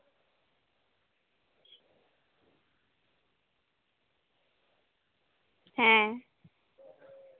ᱦᱮᱸ